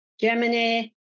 Germany